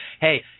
Hey